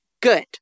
good